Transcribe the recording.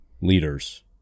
leaders